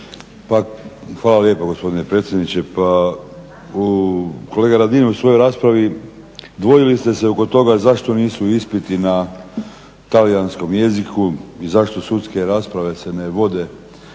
Hvala lijepo gospodine predsjedniče Hrvatskog sabora. Pa kolega Radin u svojoj raspravi dvojili ste se od toga zašto nisu ispiti na talijanskom jeziku i zašto sudske rasprave se ne vode